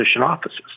offices